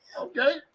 Okay